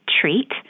treat